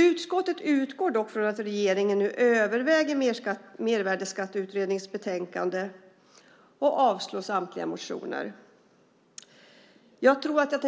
Utskottet utgår dock från att regeringen nu överväger förslagen i Mervärdesskatteutredningens betänkande och avstyrker samtliga motioner. Jag tänker